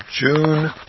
June